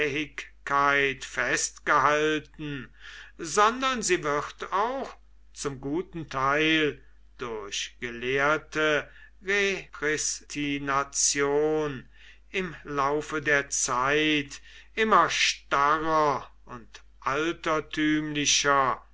festgehalten sondern sie wird auch zum guten teil durch gelehrte repristination im laufe der zeit immer starrer und altertümlicher